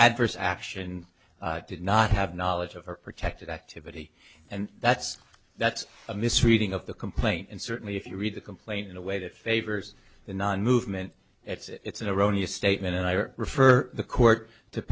adverse action did not have knowledge of protected activity and that's that's a misreading of the complaint and certainly if you read the complaint in a way that favors the non movement it's an erroneous statement and i or refer the court to